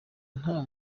nta